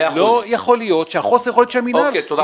לא יכול להיות שחוסר היכולת של המינהל יתבטא